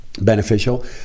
beneficial